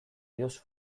diozu